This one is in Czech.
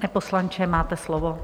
Pane poslanče, máte slovo.